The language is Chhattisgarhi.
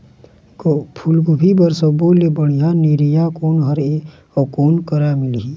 फूलगोभी बर सब्बो ले बढ़िया निरैया कोन हर ये अउ कोन करा मिलही?